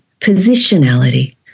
positionality